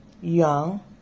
young